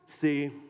see